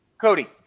Cody